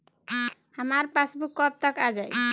हमार पासबूक कब तक आ जाई?